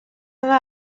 yna